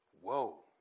whoa